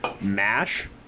MASH